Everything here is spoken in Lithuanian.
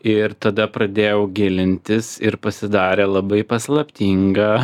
ir tada pradėjau gilintis ir pasidarė labai paslaptinga